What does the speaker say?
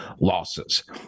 losses